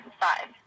five